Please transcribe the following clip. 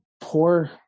poor